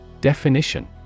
Definition